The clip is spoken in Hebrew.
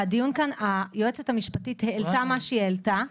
היועצת המשפטית העלתה מה שהיא העלתה,